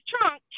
trunk